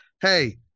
Hey